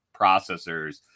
processors